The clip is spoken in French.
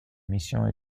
missions